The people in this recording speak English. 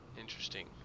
interesting